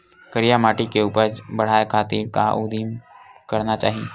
करिया माटी के उपज बढ़ाये खातिर का उदिम करना चाही?